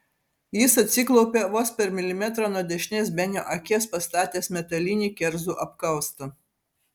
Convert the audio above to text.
jis atsiklaupė vos per milimetrą nuo dešinės benio akies pastatęs metalinį kerzų apkaustą